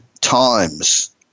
times